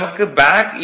நமக்கு பேக் ஈ